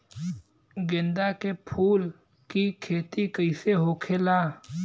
गेंदा के फूल की खेती कैसे होखेला?